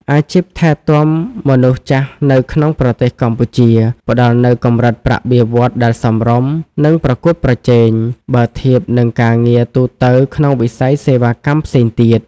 អាជីពថែទាំមនុស្សចាស់នៅក្នុងប្រទេសកម្ពុជា ផ្តល់នូវកម្រិតប្រាក់បៀវត្សរ៍ដែលសមរម្យ និងប្រកួតប្រជែង បើធៀបនឹងការងារទូទៅក្នុងវិស័យសេវាកម្មផ្សេងទៀត។